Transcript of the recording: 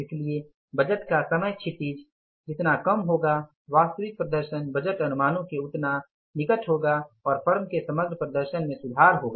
इसलिए बजट का समय क्षितिज जितन कम होगा वास्तविक प्रदर्शन बजट अनुमानों के उतना निकट होगा और फर्म के समग्र प्रदर्शन में सुधार होगा